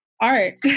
art